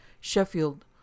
Sheffield